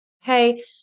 hey